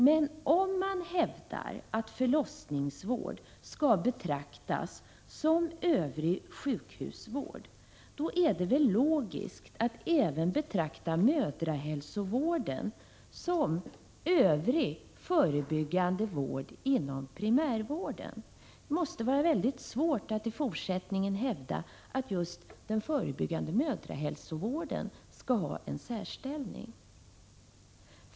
Men om man hävdar att förlossningsvården skall betraktas som övrig sjukhusvård är det väl logiskt att även betrakta mödrahälsovården som övrig förebyggande vård inom primärvården. Det måste vara mycket svårt att i fortsättningen hävda att just den förebyggande mödrahälsovården skall ha en särställning.